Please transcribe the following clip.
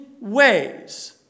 ways